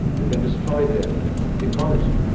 you can destroy the ecology,